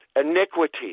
Iniquity